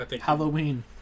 Halloween